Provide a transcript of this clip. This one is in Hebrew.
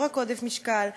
לא רק מעודף משקל,